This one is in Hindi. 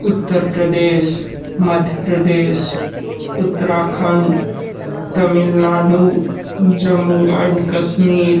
उत्तर प्रदेश मध्य प्रदेश उत्तराखंड तमिलनाडु जम्मू एंड कश्मीर